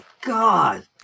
god